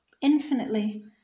infinitely